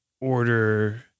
order